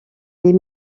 les